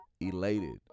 elated